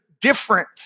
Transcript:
different